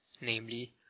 namely